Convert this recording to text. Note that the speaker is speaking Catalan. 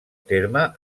terme